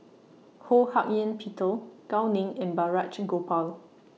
Ho Hak Ean Peter Gao Ning and Balraj Gopal